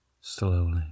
slowly